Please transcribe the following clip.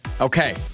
Okay